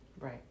right